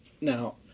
Now